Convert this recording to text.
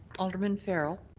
alderman farrell.